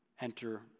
enter